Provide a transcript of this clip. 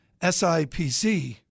SIPC